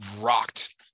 rocked